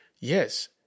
yes